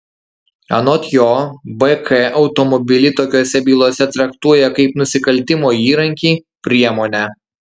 anot jo bk automobilį tokiose bylose traktuoja kaip nusikaltimo įrankį priemonę